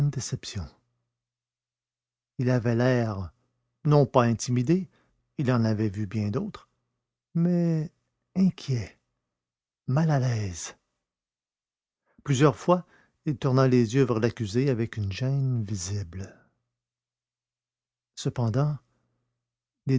déception il avait l'air non pas intimidé il en avait vu bien dautres mais inquiet mal à l'aise plusieurs fois il tourna les yeux vers l'accusé avec une gêne visible cependant